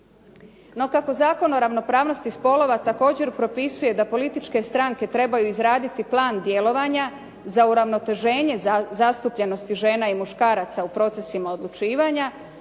No kako Zakon o ravnopravnosti spolova također propisuje da političke stranke trebaju izraditi plan djelovanja za uravnoteženje zastupljenosti žena i muškaraca u procesima odlučivanja,